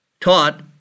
taught